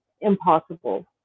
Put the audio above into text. impossible